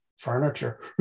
furniture